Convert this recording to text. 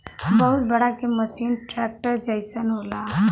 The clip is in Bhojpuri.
बहुत बड़ा के मसीन ट्रेक्टर जइसन होला